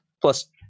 plus